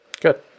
Good